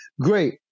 Great